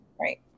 right